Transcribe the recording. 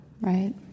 right